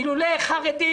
אילולא החרדים,